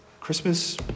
Christmas